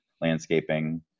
landscaping